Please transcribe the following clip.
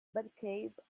batcave